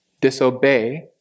disobey